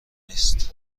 نیست